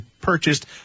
purchased